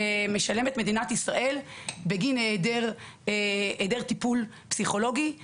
שמשלמת מדינת ישראל בגין היעדר טיפול פסיכולוגי.